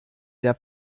der